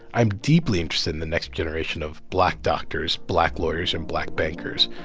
i'm deeply interested in the next generation of black doctors, black lawyers and black bankers,